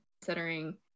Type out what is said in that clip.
considering